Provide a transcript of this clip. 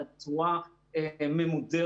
אלא בצורה ממודרת,